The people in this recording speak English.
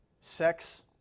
Sex